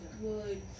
good